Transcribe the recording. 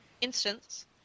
instance